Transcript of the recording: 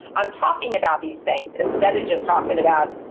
i'm talking about these things, instead of just talking about,